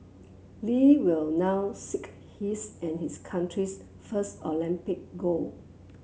Lee will now seek his and his country's first Olympic gold